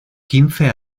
quince